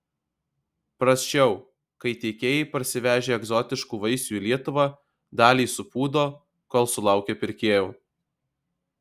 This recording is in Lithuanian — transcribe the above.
prasčiau kai tiekėjai parsivežę egzotiškų vaisių į lietuvą dalį supūdo kol sulaukia pirkėjų